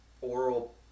oral